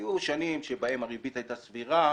היו שנים שבהן הריבית הייתה סבירה